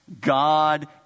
God